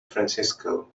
francisco